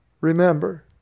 remember